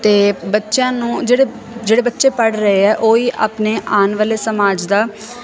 ਅਤੇ ਬੱਚਿਆਂ ਨੂੰ ਜਿਹੜੇ ਜਿਹੜੇ ਬੱਚੇ ਪੜ੍ਹ ਰਹੇ ਆ ਉਹ ਹੀ ਆਪਣੇ ਆਉਣ ਵਾਲੇ ਸਮਾਜ ਦਾ